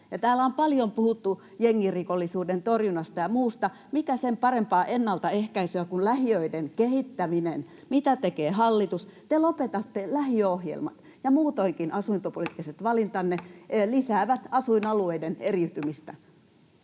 Täällä on paljon puhuttu jengirikollisuuden torjunnasta ja muusta — mikä sen parempaa ennaltaehkäisyä kuin lähiöiden kehittäminen. Mitä tekee hallitus? Te lopetatte lähiöohjelmat, ja muutoinkin asuntopoliittiset valintanne lisäävät asuinalueiden eriytymistä.